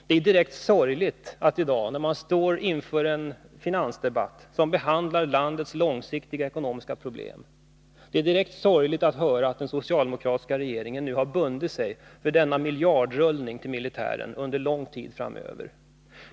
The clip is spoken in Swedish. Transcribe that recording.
Det är direkt sorgligt, när vi nu står inför en finansdebatt där landets långsiktiga ekonomiska problem behandlas, att höra att den socialdemokratiska regeringen har bundit sig för denna miljardrullning till militären under lång tid framöver.